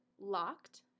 locked